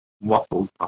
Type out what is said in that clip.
waffle